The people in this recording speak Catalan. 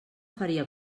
faria